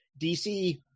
DC